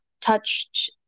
touched